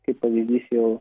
kaip pavyzdys jau